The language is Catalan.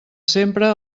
sempre